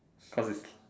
call this